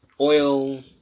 oil